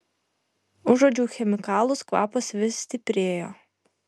užuodžiau chemikalus kvapas vis stiprėjo